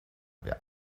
wer